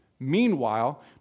Meanwhile